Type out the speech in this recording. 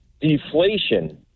deflation